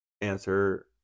answer